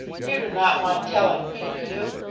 you do not mind telling me, do you?